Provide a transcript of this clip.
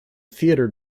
theatre